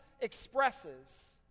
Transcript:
expresses